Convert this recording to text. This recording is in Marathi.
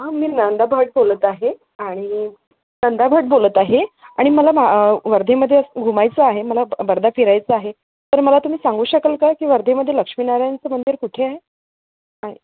हां मी नंदा भट बोलत आहे आणि नंदा भट बोलत आहे आणि मला मा वर्धेमध्ये घुमायचं आहे मला ब वर्धा फिरायचं आहे तर मला तुम्ही सांगू शकाल का की वर्धेमध्ये लक्ष्मीनारायणचं मंदिर कुठे आहे